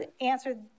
answer